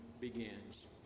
begins